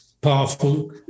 powerful